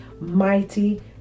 mighty